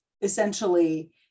essentially